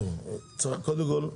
קודם כל,